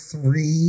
three